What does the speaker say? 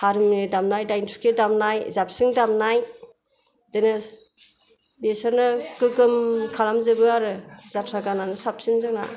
हारमुनि दामनाय दाइनतुखि दामनाय जाबस्रिं दामनाय बिदिनो बिसोरनो गोगोम खालामजोबो आरो जाथ्रा गानानो साबसिन जोंना